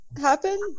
happen